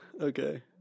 Okay